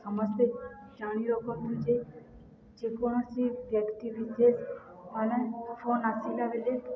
ସମସ୍ତେ ଜାଣିବା ରଖନ୍ତୁ ଯେ ଯେକୌଣସି ବ୍ୟକ୍ତି ବିଶେଷ ମାନେ ତ ଫୋନ୍ ଆସିଲା ବେଳେ